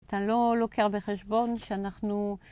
אתה לא לוקח בחשבון שאנחנו...